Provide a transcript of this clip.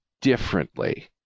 differently